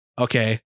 okay